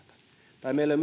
tai meillä